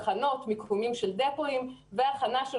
מיקום של תחנות, מיקומים של דפואים והכנה.